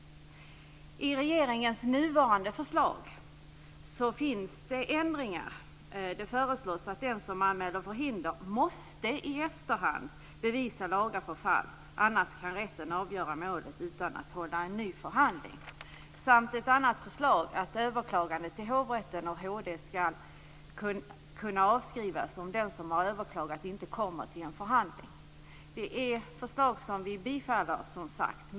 I regeringens nuvarande förslag finns det ändringar. Det föreslås att den som anmäler förhinder i efterhand måste bevisa laga förfall. Annars kan rätten avgöra målet utan att hålla en ny förhandling. Det finns också ett annat förslag som gäller att överklagandet i hovrätten och HD skall kunna avskrivas om den som har överklagat inte kommer till en förhandling. Det här är förslag som vi bifaller, som sagt.